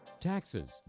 Taxes